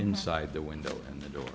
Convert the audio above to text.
inside the window and the door